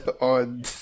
on